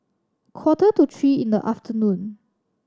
quarter to three in the afternoon